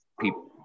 people